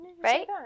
Right